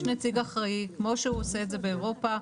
יש נציג אחראי כמו שהוא עושה את זה באירופה,